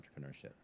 entrepreneurship